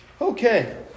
Okay